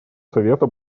совета